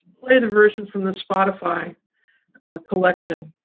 play the version from the spotify collection,